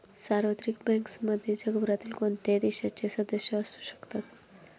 सार्वत्रिक बँक्समध्ये जगभरातील कोणत्याही देशाचे सदस्य असू शकतात